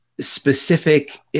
specific